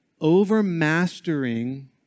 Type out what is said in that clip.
overmastering